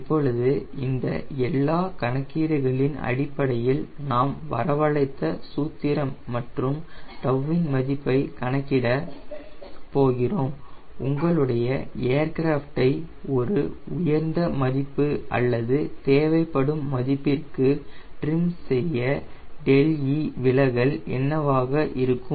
இப்பொழுது இந்த எல்லா கணக்கீடுகளின் அடிப்படையில் நாம் வரவழைத்த சூத்திரம் மற்றும் நாம் 𝜏 இன் மதிப்பை கணக்கிட போகிறோம் உங்களுடைய ஏர்கிராஃப்டை ஒரு உயர்ந்த மதிப்பு அல்லது தேவைப்படும் மதிப்பிற்கு ட்ரிம் செய்ய 𝛿e விலகல் என்னவாக இருக்கும்